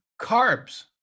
carbs